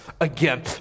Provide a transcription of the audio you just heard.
again